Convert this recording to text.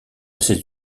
ces